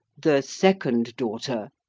the second daughter,